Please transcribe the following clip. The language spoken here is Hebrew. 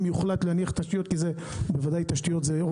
אם יוחלט להניח תשתיות בוודאי תשתיות זה דבר